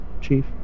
Chief